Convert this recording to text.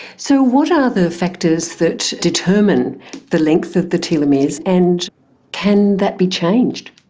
so what are the factors that determine the length of the telomeres and can that be changed?